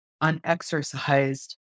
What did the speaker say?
unexercised